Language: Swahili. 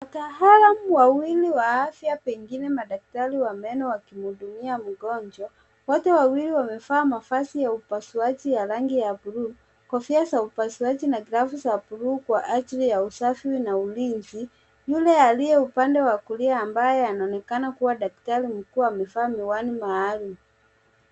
Wataalam wawili wa afya pengine madaktari wa meno wakimhudumia mgonjwa. Wote wawili wamevaa mavazi ya upasuaji ya rangi ya bluu, kofia za upasuaji na glavu za bluu kwa ajili ya usafi na ulinzi. Yule aliye upande wa kulia anayeonekana kuwa daktari mkuu amevaa miwani maalum.